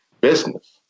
business